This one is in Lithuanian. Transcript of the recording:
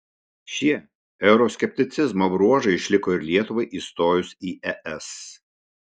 šie euroskepticizmo bruožai išliko ir lietuvai įstojus į es